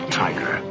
tiger